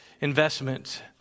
investment